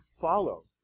follow